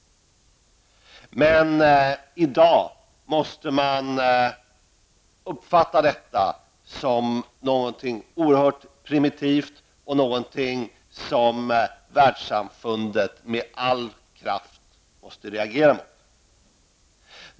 Men i dag måste man uppfatta detta som något oerhört primitivt och något som Världssamfundet med all kraft måste reagera mot.